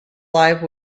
live